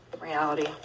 Reality